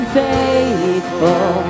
faithful